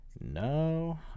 no